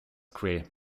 create